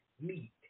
meat